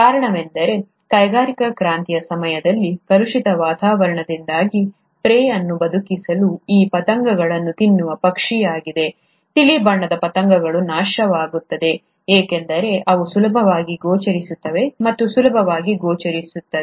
ಕಾರಣವೆಂದರೆ ಕೈಗಾರಿಕಾ ಕ್ರಾಂತಿಯ ಸಮಯದಲ್ಲಿ ಕಲುಷಿತ ವಾತಾವರಣದಿಂದಾಗಿ ಪ್ರೆಯ್ ಅನ್ನು ಬದುಕಿಸಲು ಈ ಪತಂಗಗಳನ್ನು ತಿನ್ನುವ ಪಕ್ಷಿಯಾಗಿದೆ ತಿಳಿ ಬಣ್ಣದ ಪತಂಗಗಳು ನಾಶವಾಗುತ್ತವೆ ಏಕೆಂದರೆ ಅವುಗಳು ಸುಲಭವಾಗಿ ಗೋಚರಿಸುತ್ತವೆ ಮತ್ತು ಸುಲಭವಾಗಿ ಗೋಚರಿಸುತ್ತವೆ